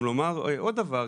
גם לומר עוד דבר,